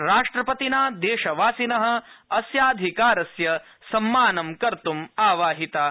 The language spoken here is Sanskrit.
राष्ट्रपतिना देशवासिनः अस्याधिकारस्य सम्मानं कर्तं आवाहिताः